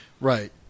right